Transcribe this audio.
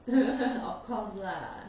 of course lah